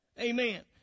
amen